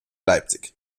leipzig